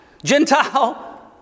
Gentile